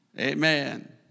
Amen